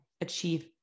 achieve